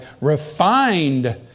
refined